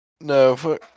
No